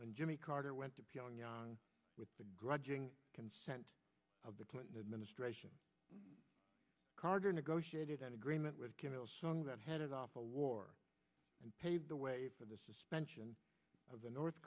when jimmy carter went to pyongyang with the grudging consent of the clinton administration carter negotiated an agreement with kim il sung that headed off to war and pave the way for the suspension of the north